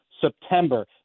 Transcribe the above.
September